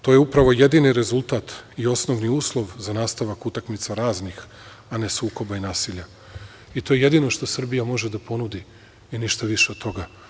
To je upravo jedini rezultat i osnovni uslov za nastavak utakmica raznih, a ne sukoba i nasilja i to je jedino što Srbija može da ponudi i ništa više od toga.